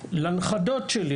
בבתי ספר של הנכדים שלי.